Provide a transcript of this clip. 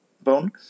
bone